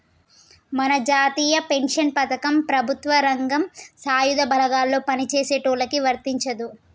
మన జాతీయ పెన్షన్ పథకం ప్రభుత్వ రంగం సాయుధ బలగాల్లో పని చేసేటోళ్ళకి వర్తించదు